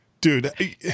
dude